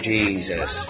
Jesus